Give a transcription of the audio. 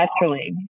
naturally